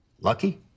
Lucky